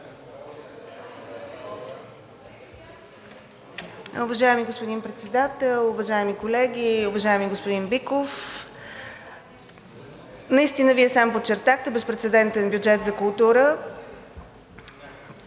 Уважаеми господин Председател, уважаеми колеги! Уважаеми господин Биков, наистина Вие сам подчертахте – безпрецедентен бюджет за култура